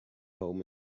home